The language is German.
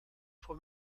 vom